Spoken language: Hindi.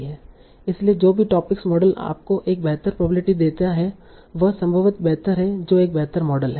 इसलिए जो भी टोपिक मॉडल आपको एक बेहतर प्रोबेबिलिटी देता है वह संभवतः बेहतर है जो एक बेहतर मॉडल है